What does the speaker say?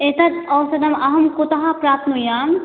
एतत् औषधम् अहं कुतः प्राप्नुयाम्